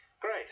Great